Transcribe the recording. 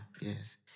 Yes